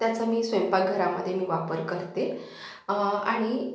त्याचा मी स्वयंपाकघरामध्ये मी वापर करते आणि